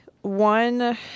one